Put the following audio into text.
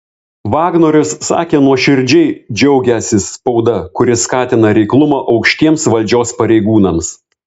vagnorius sakė nuoširdžiai džiaugiąsis spauda kuri skatina reiklumą aukštiems valdžios pareigūnams